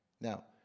Now